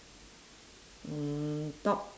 mm talk